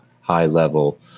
high-level